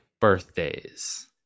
birthdays